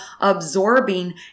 absorbing